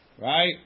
Right